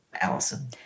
Allison